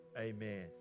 Amen